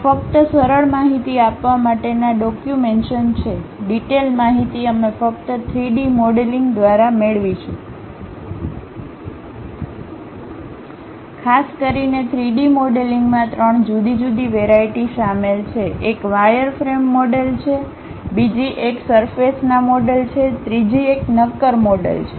આ ફક્ત સરળ માહિતી આપવા માટેના ડોક્યુમેન્ટેશન છે ડિટેઇલ માહિતી અમે ફક્ત 3D મોડેલિંગ દ્વારા મેળવીશું ખાસ કરીને 3D મોડેલિંગમાં ત્રણ જુદી જુદી વેરાઈટી શામેલ છે એક વાયરફ્રેમ મોડેલ છે બીજી એક સરફેસના મોડેલ છે ત્રીજી એક નક્કર મોડેલ છે